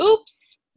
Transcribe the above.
oops